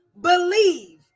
Believe